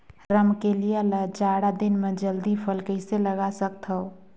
रमकलिया ल जाड़ा दिन म जल्दी फल कइसे लगा सकथव?